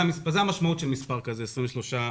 זאת המשמעות של מספר כזה, 23 מפקחים.